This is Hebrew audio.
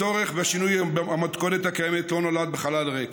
הצורך בשינוי המתכונת הקיימת לא נולד בחלל ריק,